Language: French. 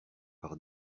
par